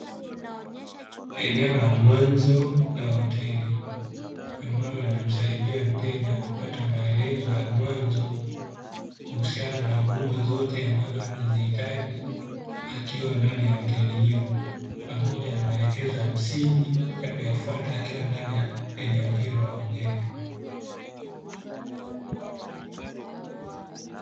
Eneo la mwanzo la hoteli ambalo linamsaidia mteja kupata maelezo ya mwanzo kuhusiana na huduma zote ambazo anazihitaji akiwa ndani ya hoteli hiyo, pamoja na maelekezo ya msingi ya kuyafuata akiwa ndani ya eneo hilo la hoteli.